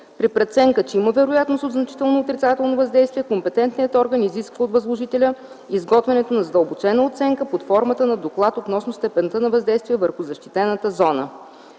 При преценка, че има вероятност от значително отрицателно въздействие, компетентният орган изисква от възложителя изготвянето на задълбочена оценка под формата на доклад относно степента на въздействие върху защитената зона.